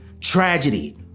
tragedy